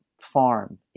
farm